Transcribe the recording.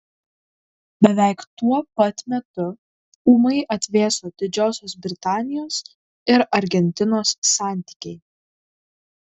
beveik tuo pat metu ūmai atvėso didžiosios britanijos ir argentinos santykiai